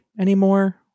anymore